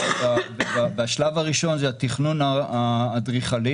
והשלב הראשון זה התכנון האדריכלי,